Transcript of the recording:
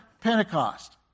Pentecost